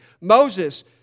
Moses